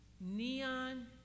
neon